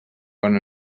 bon